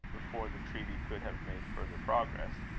before the treaty could have made further progress.